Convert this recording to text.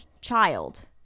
child